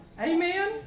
Amen